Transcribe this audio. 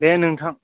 दे नोंथां